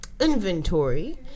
inventory